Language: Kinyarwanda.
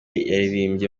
yaririmbye